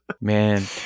Man